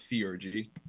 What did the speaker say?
theurgy